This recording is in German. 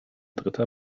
dritter